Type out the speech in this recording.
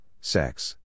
sex